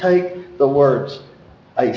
take the words